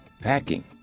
packing